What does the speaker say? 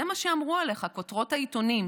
זה מה שאמרו עליך כותרות העיתונים